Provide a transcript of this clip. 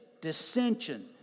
dissension